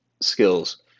skills